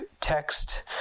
text